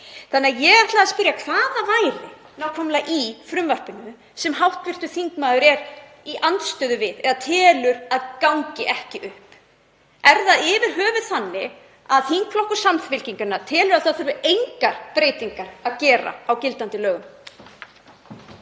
meðförum. Ég ætla því að spyrja hvað það sé nákvæmlega í frumvarpinu sem hv. þingmaður er í andstöðu við eða telur að gangi ekki upp. Er það yfir höfuð þannig að þingflokkur Samfylkingarinnar telur að það þurfi engar breytingar að gera á gildandi lögum?